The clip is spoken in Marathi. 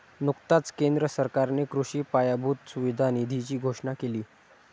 नुकताच केंद्र सरकारने कृषी पायाभूत सुविधा निधीची घोषणा केली